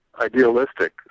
idealistic